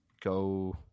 go